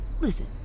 Listen